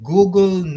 Google